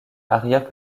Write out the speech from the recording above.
arrière